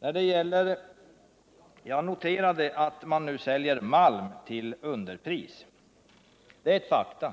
Nr 48 Jag noterade att man nu säljer malm till underpris. Det är ett faktum.